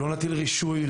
לא נטיל רישוי,